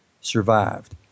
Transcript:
survived